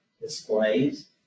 displays